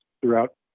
throughout